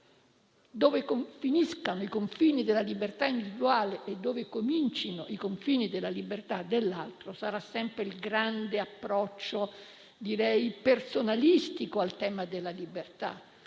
dove finiscono i confini della libertà individuale e dove cominciano quelli della libertà dell'altro? Questo sarà sempre il grande approccio, direi personalistico, al tema della libertà.